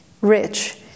rich